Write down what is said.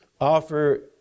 offer